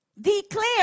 Declare